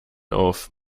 auf